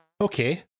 Okay